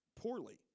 poorly